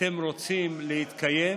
אתם רוצים להתקיים?